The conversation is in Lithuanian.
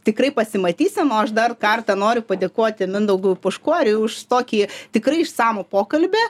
tikrai pasimatysim o aš dar kartą noriu padėkoti mindaugui puškoriui už tokį tikrai išsamų pokalbį